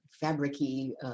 fabric-y